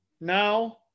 Now